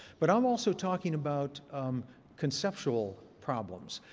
but i'm also talking about conceptual problems.